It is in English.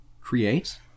create